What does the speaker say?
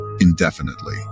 indefinitely